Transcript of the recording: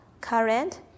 current